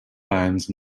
bands